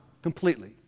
completely